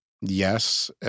Yes